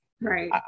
Right